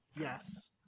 Yes